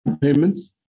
payments